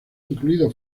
incluido